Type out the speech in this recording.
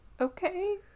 okay